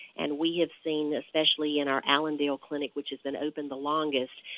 and we have seen, especially in our allendale clinic which has been open the longest,